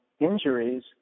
injuries